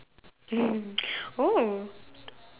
oh